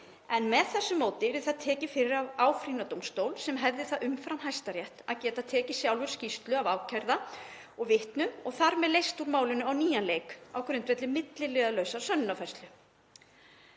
en með þessu móti yrði það tekið fyrir af áfrýjunardómstól sem hefði það umfram Hæstarétt að geta tekið sjálfur skýrslur af ákærða og vitnum og þar með leyst úr málinu á nýjan leik á grundvelli milliliðalausrar sönnunarfærslu.